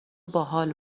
باحال